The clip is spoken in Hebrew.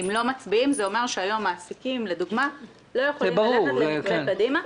אם לא מצביעים זה אומר שהיום מעסיקים לדוגמה לא יכולים להתקדם קדימה,